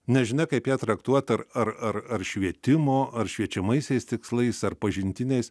nežinia kaip ją traktuoti ar ar ar ar švietimo ar šviečiamaisiais tikslais ar pažintiniais